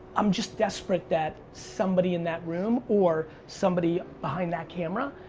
i'm just desperate that somebody in that room, or, somebody behind that camera, ah,